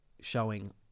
showing